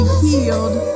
healed